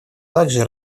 также